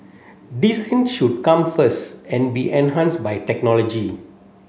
design should come first and be enhance by technology